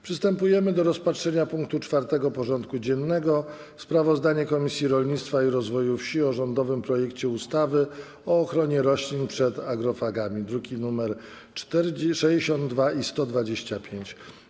Przystępujemy do rozpatrzenia punktu 4. porządku dziennego: Sprawozdanie Komisji Rolnictwa i Rozwoju Wsi o rządowym projekcie ustawy o ochronie roślin przed agrofagami (druki nr 62 i 125)